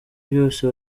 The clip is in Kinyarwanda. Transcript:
byose